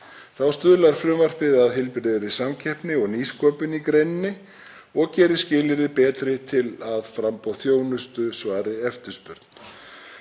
Þá stuðlar frumvarpið að heilbrigðri samkeppni og nýsköpun í greininni og gerir skilyrði betri til að framboð þjónustu svari eftirspurn.